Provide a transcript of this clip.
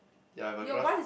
ya my grass